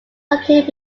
located